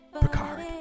Picard